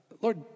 Lord